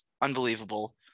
unbelievable